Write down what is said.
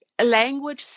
language